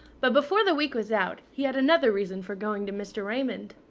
but before the week was out, he had another reason for going to mr. raymond.